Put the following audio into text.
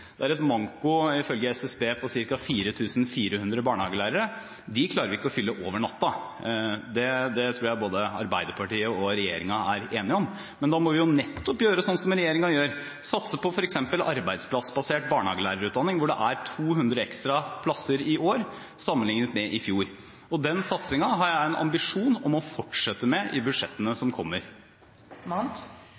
klarer vi ikke å fylle opp over natten. Det tror jeg at Arbeiderpartiet og regjeringen er enige om. Men da må vi gjøre nettopp som regjeringen gjør: satse på f.eks. arbeidsplassbasert barnehagelærerutdanning, hvor det er 200 ekstra plasser i år, sammenliknet med i fjor. Den satsingen har jeg en ambisjon om å fortsette med i budsjettene